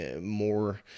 more